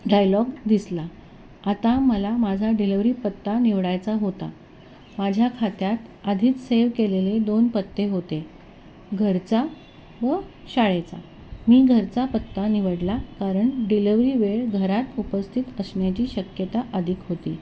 dialogue दिसला आता मला माझा डिलेवरी पत्ता निवडायचा होता माझ्या खात्यात आधीच सेव्ह केलेले दोन पत्ते होते घरचा व शाळेचा मी घरचा पत्ता निवडला कारण डिलेवरी वेळ घरात उपस्थित असण्याची शक्यता अधिक होती